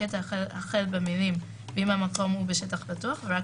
הקטע החל במילים "ואם המקום הוא בשטח פתוח ורק